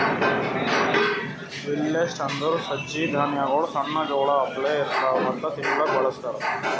millets ಅಂದುರ್ ಸಜ್ಜಿ ಧಾನ್ಯಗೊಳ್ ಸಣ್ಣ ಜೋಳ ಅಪ್ಲೆ ಇರ್ತವಾ ಮತ್ತ ತಿನ್ಲೂಕ್ ಬಳಸ್ತಾರ್